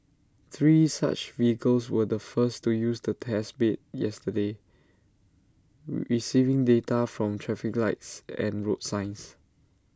three such vehicles were the first to use the test bed yesterday receiving data from traffic lights and road signs